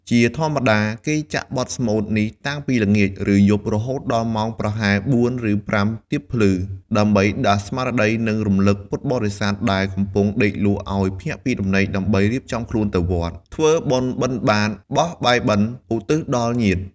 ជាធម្មតា គេចាក់បទស្មូតនេះតាំងពីល្ងាច ឬយប់រហូតដល់ម៉ោងប្រហែល ៤ ឬ ៥ ទៀបភ្លឺ ដើម្បីដាស់ស្មារតី និងរំឭកពុទ្ធបរិស័ទដែលកំពុងដេកលក់ឲ្យភ្ញាក់ពីដំណេក ដើម្បីរៀបចំខ្លួនទៅវត្ត ធ្វើបុណ្យបិណ្ឌបាត្របោះបាយបិណ្ឌឧទ្ទិសដល់ញាតិ។